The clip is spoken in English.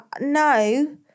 no